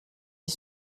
des